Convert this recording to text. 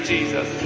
Jesus